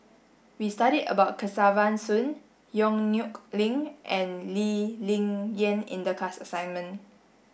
we studied about Kesavan Soon Yong Nyuk Lin and Lee Ling Yen in the class assignment